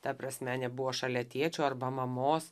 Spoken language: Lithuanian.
ta prasme nebuvo šalia tėčio arba mamos